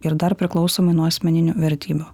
ir dar priklausomai nuo asmeninių vertybių